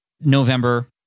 November